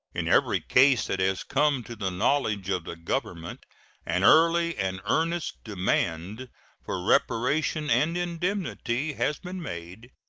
in every case that has come to the knowledge of the government an early and earnest demand for reparation and indemnity has been made,